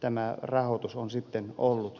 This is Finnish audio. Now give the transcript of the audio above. tämä rahoitus on sitten ollut pettymys